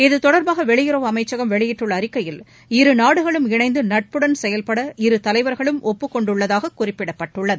இது தொடர்பாக வெளியுறவு அமைச்சகம் வெளியிட்டுள்ள அறிக்கையில் இரு நாடுகளும் இணைந்து நட்புடன் செயவ்பட இரு தலைவர்களும் ஒப்புக்கொண்டுள்ளதாக குறிப்பிடப்பட்டுள்ளது